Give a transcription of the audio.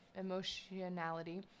emotionality